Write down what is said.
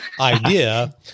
idea